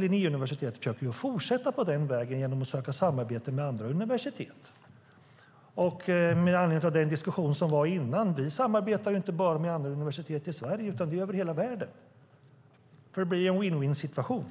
Linnéuniversitetet försöker fortsätta på den vägen genom att söka samarbete med andra universitet, och med anledning av den diskussion som var innan vill jag säga att vi samarbetar inte bara med andra universitet i Sverige utan över hela världen, för det blir en vinna-vinna-situation.